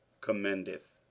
commendeth